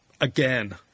Again